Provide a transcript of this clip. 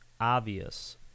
obvious